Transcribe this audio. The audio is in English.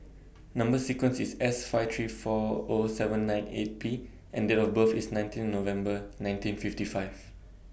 Number sequence IS S five three four O seven nine eight P and Date of birth IS nineteen November nineteen fifty five